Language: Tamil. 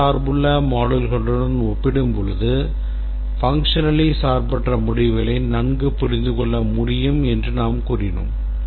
அதிக சார்புள்ள moduleகளுடன் ஒப்பிடும்போது functionally சார்பற்ற முடிவுகளை நன்கு புரிந்துகொள்ள முடியும் என்று நாம் கூறினோம்